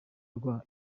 rwa